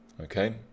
Okay